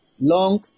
long